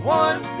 one